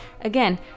again